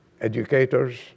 educators